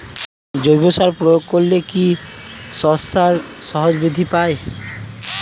জৈব সার প্রয়োগ করলে কি শশার সাইজ বৃদ্ধি পায়?